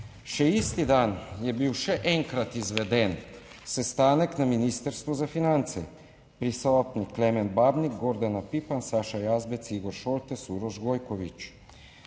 Še isti dan je bil še enkrat izveden sestanek na Ministrstvu za finance, prisoten Klemen Babnik, Gordana Pipan, Saša Jazbec, Igor Šoltes, Uroš Gojkovič.